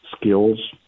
skills